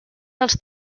dels